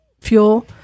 fuel